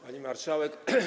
Pani Marszałek!